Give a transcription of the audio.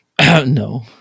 No